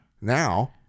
Now